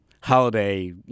holiday